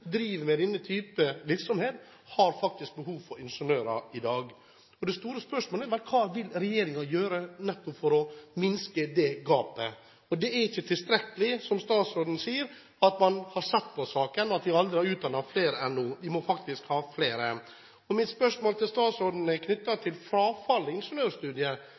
driver med denne type virksomhet, har behov for ingeniører i dag. Det store spørsmålet er: Hva vil regjeringen gjøre for å minske det gapet? Det er ikke tilstrekkelig, som statsråden sier, at man har sett på saken, og at vi aldri har utdannet flere enn nå. Vi må faktisk ha flere! Mitt spørsmål til statsråden er knyttet til